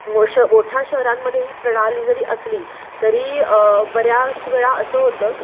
मो श मोठ्या शहरांमध्ये ही प्रणाली जरी असली तरी बऱ्याच वेळा असं होतं